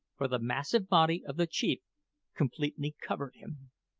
for the massive body of the chief completely covered him.